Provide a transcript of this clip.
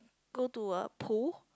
go to a pool